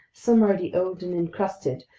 some already old and encrusted,